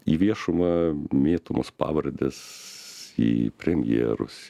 į viešumą mėtomos pavardės į premjerus